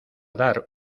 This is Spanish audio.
dar